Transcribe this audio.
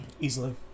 Easily